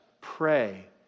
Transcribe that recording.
pray